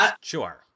sure